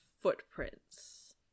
footprints